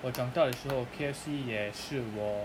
我长大的时候 K_F_C 也是我